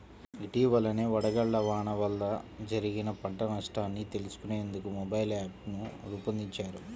ఇటీవలనే వడగళ్ల వాన వల్ల జరిగిన పంట నష్టాన్ని తెలుసుకునేందుకు మొబైల్ యాప్ను రూపొందించారు